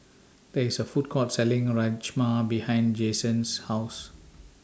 There IS A Food Court Selling Rajma behind Jasen's House